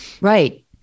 Right